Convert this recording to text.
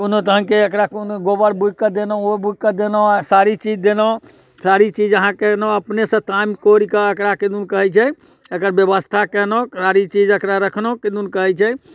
ओना तऽ अहाँके एकरा कोनो गोबर बूकि कऽ देलहुँ ओ बूकि कऽ देलहुँ आ सारी चीज देलहुँ सारी चीज अहाँके केलहुँ अपनेसँ ताम कोरि कऽ एकरा किदुन कहैत छै एकर व्यवस्था केलहुँ सारी चीज एकरा रखलहुँ किदुन कहैत छै